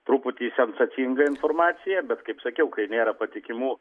truputį sensacinga informacija bet kaip sakiau kai nėra patikimų